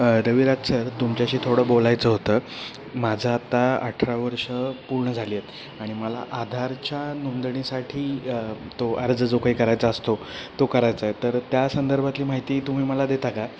Raviraj sir तुमच्याशी थोडं बोलायचं होतं माझं आता अठरा वर्ष पूर्ण झाली आहेत आणि मला आधारच्या नोंदणीसाठी तो अर्ज जो काही करायचा असतो तो करायचा आहे तर त्या संदर्भातली माहिती तुम्ही मला देता का